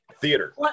Theater